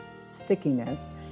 stickiness